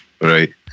Right